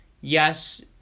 yes